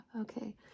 okay